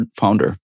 founder